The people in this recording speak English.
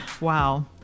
Wow